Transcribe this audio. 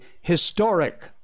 historic